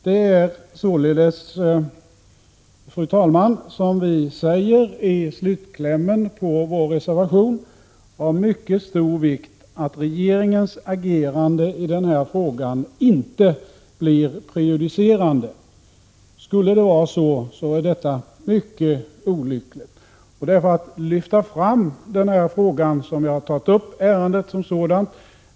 Det är således, fru talman, som vi säger i slutklämmen av vår reservation, av mycket stor vikt att regeringens agerande i denna fråga inte blir prejudicerande. Skulle det vara så, vore det mycket olyckligt. Det är för att lyfta fram just den här frågan som jag tog upp ärendet som sådant.